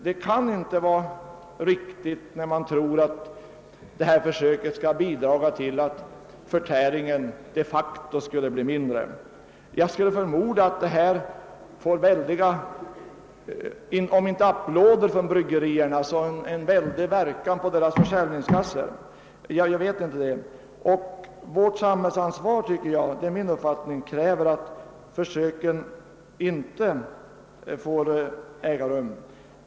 Det kan inte vara riktigt att tro att detta försök skulle bidraga till att förtäringen de facto blir mindre. Jag skulle förmoda att försöken leder om inte till kraftiga applåder från bryggerierna så dock till en betydande inverkan på deras försäljningskassor. Vårt samhällsansvar kräver, tycker jag, att vi inte låter försöken äga rum.